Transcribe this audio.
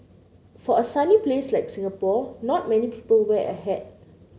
for a sunny place like Singapore not many people wear a hat